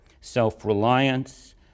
self-reliance